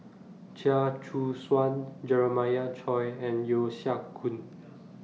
Chia Choo Suan Jeremiah Choy and Yeo Siak Goon